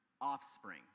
offspring